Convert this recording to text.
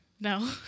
No